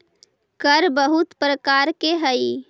कर बहुत प्रकार के हई